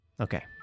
Okay